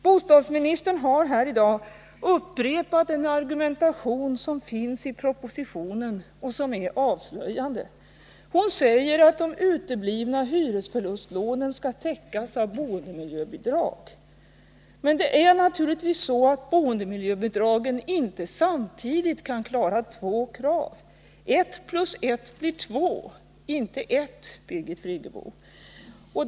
Bostadsministern har här i dag upprepat en argumentation som finns i propositionen och som är avslöjande. Hon säger att de uteblivna hyresförlustlånen skall täckas av boendemiljöbidrag. Men det är naturligtvis så att boendemiljöbidragen inte samtidigt kan klara två krav — ett plus ett blir två, inte ett, Birgit Friggebo.